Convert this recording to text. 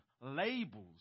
labels